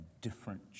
different